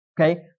Okay